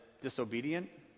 disobedient